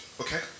okay